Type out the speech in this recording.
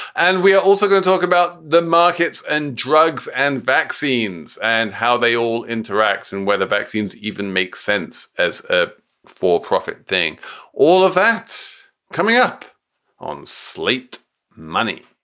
and we are also going to talk about the markets and drugs and vaccines and how they all interact and whether vaccines even make sense as a for profit thing all of that's coming up on slate money